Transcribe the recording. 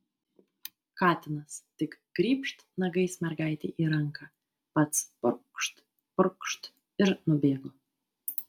katinas tik grybšt nagais mergaitei į ranką pats purkšt purkšt ir nubėgo